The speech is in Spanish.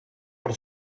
por